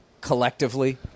Collectively